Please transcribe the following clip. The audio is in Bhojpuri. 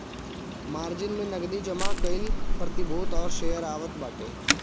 मार्जिन में नगदी जमा कईल प्रतिभूति और शेयर आवत बाटे